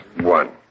one